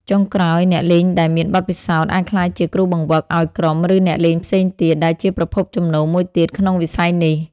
ចុងក្រោយ អ្នកលេងដែលមានបទពិសោធន៍អាចក្លាយជា គ្រូបង្វឹក ឱ្យក្រុម ឬអ្នកលេងផ្សេងទៀត ដែលជាប្រភពចំណូលមួយទៀតក្នុងវិស័យនេះ។